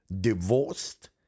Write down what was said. divorced